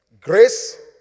Grace